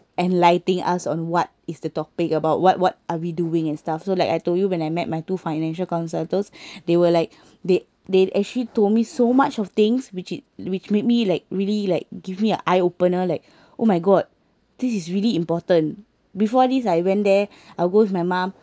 enlighting us on what is the topic about what what are we doing and stuff so like I told you when I met my two financial consultants they will like they they actually told me so much of things which it which made me like really like give me a eye opener like oh my god this is really important before this I went there I'll go with my mum